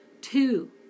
Two